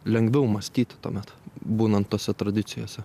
lengviau mąstyti tuomet būnant tose tradicijose